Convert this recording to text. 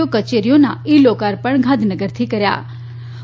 ઓ કચેરીઓના ઇ લોકાર્પણ ગાંધીનગરથી કર્યું હતું